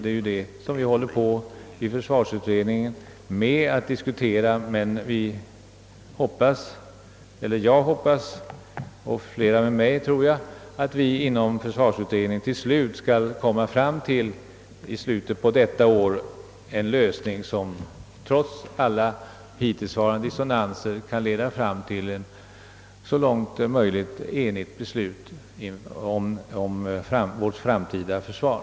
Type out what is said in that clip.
Det är ju det som vi i försvarsutredningen håller på att diskutera, och jag hoppas — och flera med mig, tror jag — att vi inom försvarsutredningen i slutet av detta år skall nå fram till en lösning, som trots alla hittillsvarande dissonanser kan leda fram till ett så långt möjligt enigt beslut om vårt framtida försvar.